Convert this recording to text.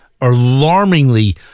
alarmingly